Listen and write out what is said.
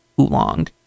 Oolong